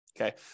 Okay